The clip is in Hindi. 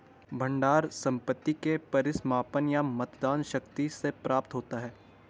भंडार संपत्ति के परिसमापन या मतदान शक्ति से प्राप्त होता है